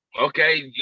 Okay